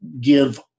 give